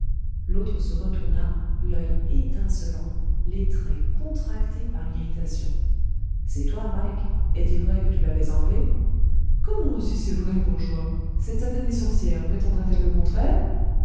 l'autre se retourna l'oeil étincelant les traits contractés par l'irritation c'est toi mike est-il vrai que tu l'avais enlevé comment si c'est vrai bourgeois cette satanée sorcière prétendrait elle le contraire